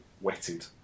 wetted